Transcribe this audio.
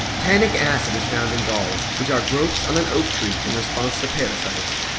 tanic acid is found in galls which are growths on an oak tree in response to parasites.